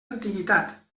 antiguitat